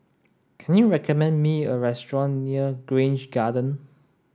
can you recommend me a restaurant near Grange Garden